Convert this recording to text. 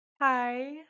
Hi